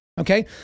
Okay